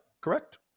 Correct